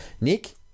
Nick